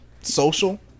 social